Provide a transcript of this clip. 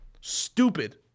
stupid